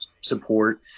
support